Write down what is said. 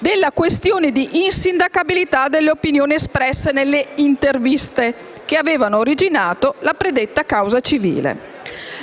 della questione di insindacabilità delle opinioni espresse nelle interviste che avevano originato la predetta causa civile.